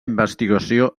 investigació